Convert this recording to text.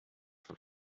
von